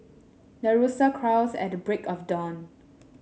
the rooster crows at the break of dawn